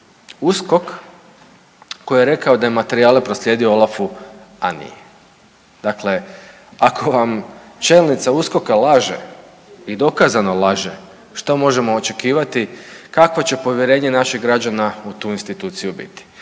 USKOK koji je rekao da je materijale proslijedio OLAF-u, a nije. Dakle, ako vam čelnica USKOK-a laže i dokazano laže što možemo očekivati kakvo će povjerenje naših građana u tu instituciju biti.